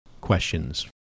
questions